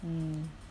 mm